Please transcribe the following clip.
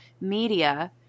media